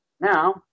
now